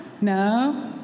No